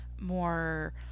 more